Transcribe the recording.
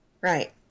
Right